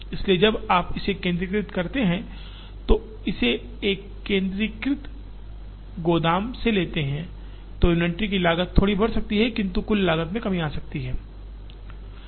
इसलिए जब आप इसे केंद्रीकृत करते हैं और इसे एक केंद्रीकृत गोदाम से लेते हैं तो इन्वेंट्री लागत थोड़ी बढ़ सकती है लेकिन कुल लागत में कमी आ सकती है